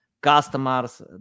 customers